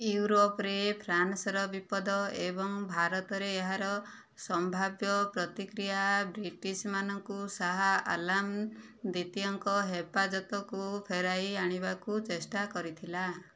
ୟୁରୋପରେ ଫ୍ରାନ୍ସର ବିପଦ ଏବଂ ଭାରତରେ ଏହାର ସମ୍ଭାବ୍ୟ ପ୍ରତିକ୍ରିୟା ବ୍ରିଟିଶ ମାନଙ୍କୁ ଶାହା ଆଲାମ ଦ୍ୱିତୀୟଙ୍କ ହେପାଜତକୁ ଫେରାଇ ଆଣିବାକୁ ଚେଷ୍ଟା କରିଥିଲା